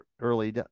early